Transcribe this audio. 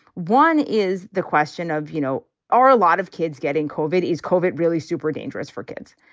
one is the question of, you know, are a lot of kids getting cold? it is cold it really super dangerous for kids.